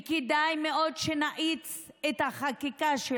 וכדאי מאוד שנאיץ את החקיקה.